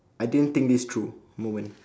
I didn't think this through moment